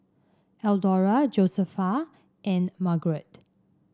Eldora Josefa and Margarett